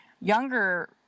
younger